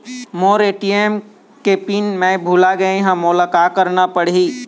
मोर ATM के PIN मैं भुला गैर ह, मोला का करना पढ़ही?